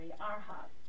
arhat